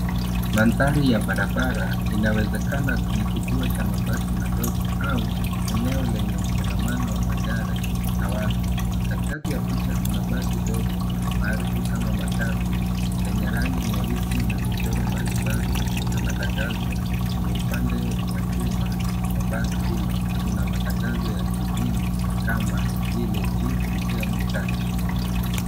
Mandhari ya barabara, inawezekana ni kituo cha mabasi madogo au eneo lenye msongamano wa magari na watu. Katikati ya picha kuna basi dogo maarufu kama matatu, lenye rangi nyeusi na michoro mbali mbali na matangazo. Kwenye upande wa chuma wa basi hilo, kuna matangazo ya kidini kama vile GCM Church .